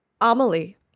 Amelie